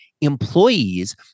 employees